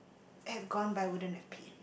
have gone by wouldn't have paid